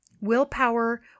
Willpower